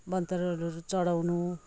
वनतरुलहरू चढाउनु